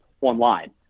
online